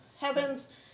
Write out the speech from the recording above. heavens